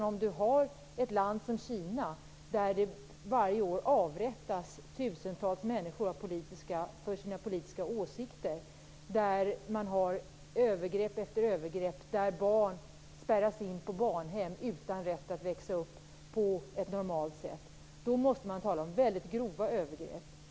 Om man har ett land som Kina, där varje år tusentals människor avrättas för sina politiska åsikter, där man har övergrepp efter övergrepp och där barn spärras in på barnhem utan rätt att växa upp på ett normalt sätt - då måste man tala om väldigt grova övergrepp.